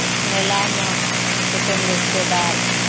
मेलामे कुटुम रिश्तेदार